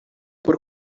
por